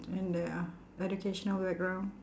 in their educational background